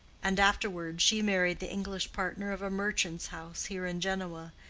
and afterward she married the english partner of a merchant's house here in genoa,